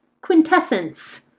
Quintessence